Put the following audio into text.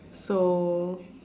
so